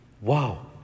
Wow